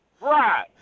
Right